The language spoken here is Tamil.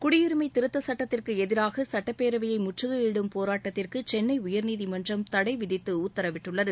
குடியுரிமை திருத்தச் சட்டத்திற்கு எதிராக சட்டப்பேரவையை முற்றுகையிடும் போராட்டத்திற்கு சென்னை உயர்நீதிமன்றம் தடை விதித்து உத்தரவிட்டுள்ளது